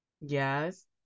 Yes